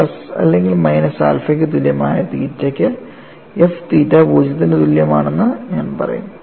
plus അല്ലെങ്കിൽ minus ആൽഫയ്ക്ക് തുല്യമായ തീറ്റയ്ക്ക് f തീറ്റ 0 ന് തുല്യമാണെന്ന് ഞാൻ പറയുന്നു